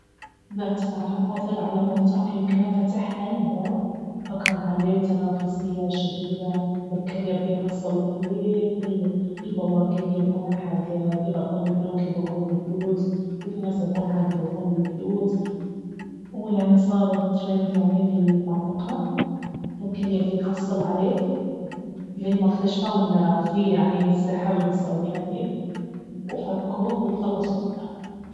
ذات مرة عثر على مفتاح يمكنه فتح أي باب فكان عليه تنافسية شديدة والكل يبي يحصل عليه ال- البواقين يبونه حق يبطلون البنوك يبوقون الفلوس وفي ناس يبونه حق يبطلون البيوت ويعني صار ترند يعني في المنطقة والكل يبي يحصل عليه لين ما اكتشفوا انه في يعني سحر مسوينه فيه وفكوه واتخلصوا منه